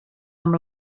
amb